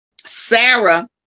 Sarah